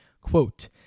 quote